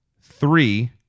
three